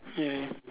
ya